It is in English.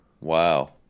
Wow